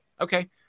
Okay